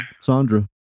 Sandra